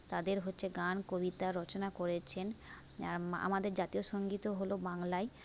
তাঁদের হচ্ছে গান কবিতা রচনা করেছেন আমাদের জাতীয় সংগীতও হলো বাংলায়